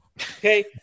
Okay